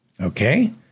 Okay